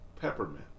peppermint